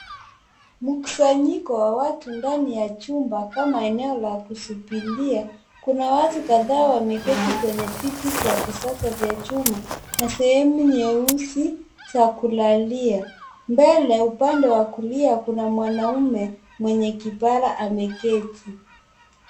Mkusanyiko wa watu ndani ya chumba kama eneo la kusubiria. Kuna watu kadhaa wameketi kwenye viti vya kisasa vya chuma na sehemu nyeusi za kulalia. Mbele upande wa kulia kuna mwanaume mwenye kipara ameketi.